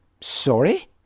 Sorry